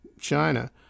China